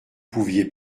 pouviez